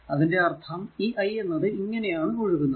അതിന്റെ അർഥം ഈ i എന്നത് ഇങ്ങനെ ആണ് ഒഴുകുന്നത്